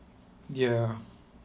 ya